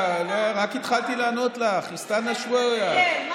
תגיד לי